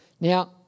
Now